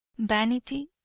vanity,